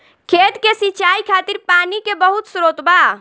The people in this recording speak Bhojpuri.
खेत के सिंचाई खातिर पानी के बहुत स्त्रोत बा